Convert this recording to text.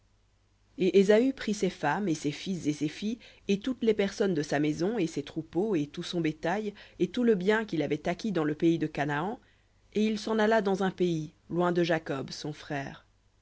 et ésaü prit ses femmes et ses fils et ses filles et toutes les personnes de sa maison et ses troupeaux et tout son bétail et tout le bien qu'il avait acquis dans le pays de canaan et il s'en alla dans un pays loin de jacob son frère